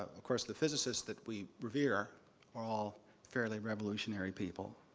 of course, the physicists that we revere are all fairly revolutionary people,